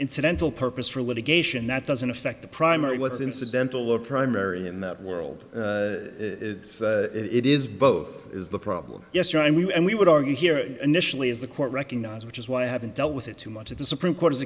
incidental purpose for litigation that doesn't affect the primary what's incidental look primary in that world it's it is both is the problem yes i mean and we would argue here initially as the court recognized which is why i haven't dealt with it too much if the supreme court has